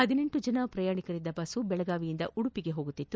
ಹದಿನೆಂಟು ಜನ ಪ್ರಯಾಣಿಕರಿದ್ದ ಬಸ್ಸು ಬೆಳಗಾವಿಯಿಂದ ಉಡುಪಿಗೆ ತೆರಳುತ್ತಿತ್ತು